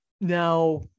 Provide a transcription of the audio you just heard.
Now